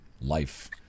life